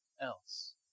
else